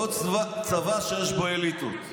לא צבא שיש בו אליטות.